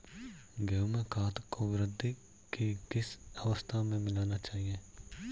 गेहूँ में खाद को वृद्धि की किस अवस्था में मिलाना चाहिए?